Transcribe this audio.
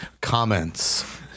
Comments